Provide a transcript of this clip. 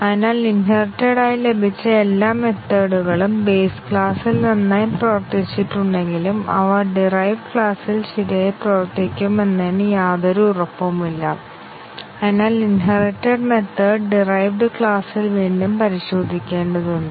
അതിനാൽ ഇൻഹെറിറ്റെഡ് ആയി ലഭിച്ച എല്ലാ മെത്തേഡ്കളും ബേസ് ക്ലാസിൽ നന്നായി പ്രവർത്തിച്ചിട്ടുണ്ടെങ്കിലും അവ ഡിറൈവ്ഡ് ക്ലാസ്സിൽ ശരിയായി പ്രവർത്തിക്കും എന്നതിന് യാതൊരു ഉറപ്പുമില്ല അതിനാൽ ഇൻഹെറിറ്റെഡ് മെത്തേഡ് ഡിറൈവ്ഡ് ക്ലാസിൽ വീണ്ടും പരിശോധിക്കേണ്ടതുണ്ട്